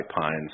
pines